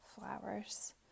Flowers